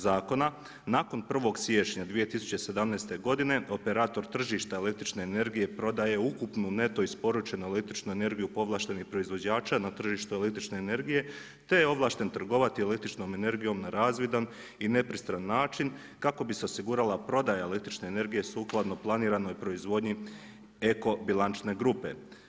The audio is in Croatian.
Zakona nakon 1. siječnja 2017. godine operator tržišta električne energije prodaje ukupnu neto isporučenu električnu energiju povlaštenih proizvođača na tržištu električne energije, te je ovlašten trgovati električnom energijom na razvidan i nepristran način kako bi se osigurala prodaja električne energije sukladno planiranoj proizvodnji eko bilančne grupe.